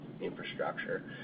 infrastructure